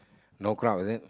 no crowd is it